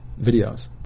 videos